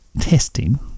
testing